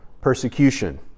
persecution